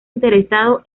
interesado